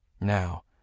Now